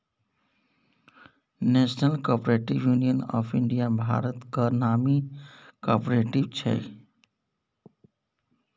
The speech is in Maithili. national cooperative union of India भारतक नामी कॉपरेटिव छै